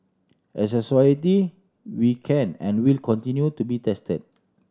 as a society we can and will continue to be tested